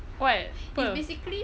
what apa